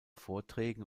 vorträgen